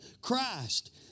Christ